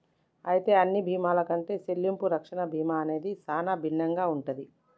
అయితే అన్ని బీమాల కంటే సెల్లింపు రక్షణ బీమా అనేది సానా భిన్నంగా ఉంటది